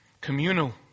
Communal